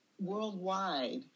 worldwide